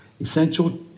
essential